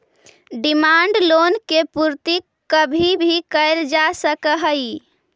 demand loan के पूर्ति कभी भी कैल जा सकऽ हई